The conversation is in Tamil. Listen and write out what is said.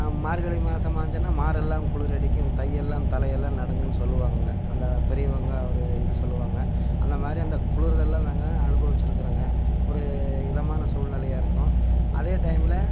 மார்கழி மாதம்மாச்சினா மாரெல்லாம் குளுரடிக்கும் தையெல்லாம் தலையெல்லாம் நடுங்குன்னு சொல்வாங்கங்க அங்கே பெரியவங்க ஒரு இது சொல்லுவாங்க அந்தமாதிரி அந்த குளிர்கள்லாம் நாங்கள் அனுபவிச்சிருக்குறோங்க ஒரு இதமான சூழ்நிலையாருக்கும் அதே டைமில்